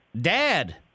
Dad